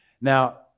Now